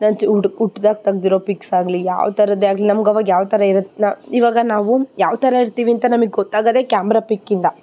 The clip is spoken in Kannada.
ನಾನು ಚಿ ಹುಡ್ ಹುಟ್ದಾಗ್ ತೆಗ್ದಿರೋ ಪಿಕ್ಸಾಗಲಿ ಯಾವ ಥರದ್ದೇ ಆಗಲಿ ನಮ್ಗೆ ಅವಾಗ ಯಾವ ಥರ ಇರತ್ತೆ ನಾ ಇವಾಗ ನಾವು ಯಾವ ಥರ ಇರ್ತೀವಿ ಅಂತ ನಮಗೆ ಗೊತ್ತಾಗೋದೇ ಕ್ಯಾಮ್ರ ಪಿಕ್ಕಿಂದ